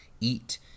eat